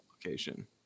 application